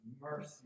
mercy